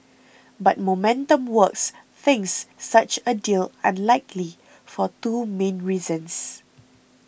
but Momentum Works thinks such a deal unlikely for two main reasons